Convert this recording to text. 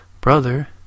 brother